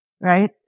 right